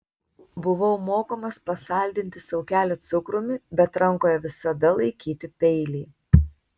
buvau mokomas pasaldinti sau kelią cukrumi bet rankoje visada laikyti peilį